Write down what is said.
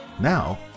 Now